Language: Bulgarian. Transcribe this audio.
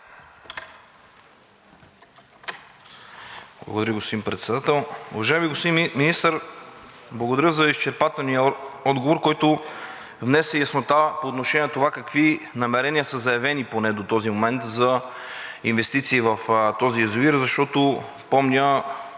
Благодаря Ви, господин Председател. Уважаеми господин Министър, благодаря за изчерпателния отговор, който внесе яснота по отношение на това какви намерения са заявени поне до този момент за инвестиции в този язовир, защото помня